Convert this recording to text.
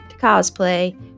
cosplay